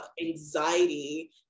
anxiety